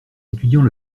étudiant